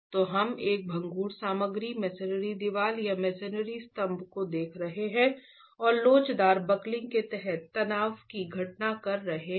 तो हम एक भंगुर सामग्री मसनरी दीवार या मसनरी स्तंभ को देख रहे हैं और लोचदार बकलिंग के तहत घटना की जांच कर रहे हैं